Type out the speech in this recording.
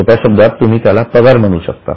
सोप्या शब्दात तुम्ही त्याला पगार खर्च म्हणू शकता